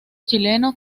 chileno